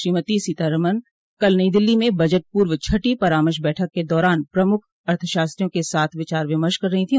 श्रीमती सीतारमन कल नई दिल्ली में बजट पूर्व छठी परामर्श बैठक के दौरान प्रमुख अर्थशास्त्रियों के साथ विचार विमर्श कर रहीं थीं